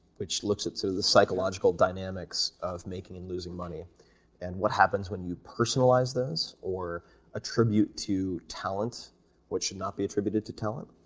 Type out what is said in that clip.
which looks at sort of the psychological dynamics of making and losing money and what happens when you personalize this or attribute to talents what should not be attributed to talent,